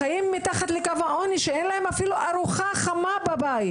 חיים מתחת לקו העוני שאין להם אפילו ארוחה חמה בבית,